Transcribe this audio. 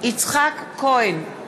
יצחק כהן,